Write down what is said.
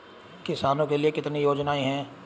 किसानों के लिए कितनी योजनाएं हैं?